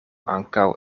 ankaŭ